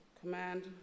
command